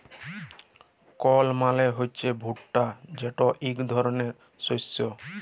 কর্ল মালে হছে ভুট্টা যেট ইক ধরলের শস্য